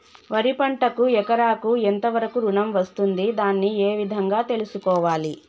వరి పంటకు ఎకరాకు ఎంత వరకు ఋణం వస్తుంది దాన్ని ఏ విధంగా తెలుసుకోవాలి?